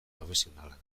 profesionalak